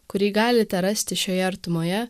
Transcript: kurį galite rasti šioje artumoje